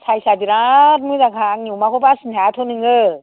size आ बेराद मोजांखा आंनि अमाखौ बासिनो हायाथ' नोङो